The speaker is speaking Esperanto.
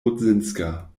rudzinska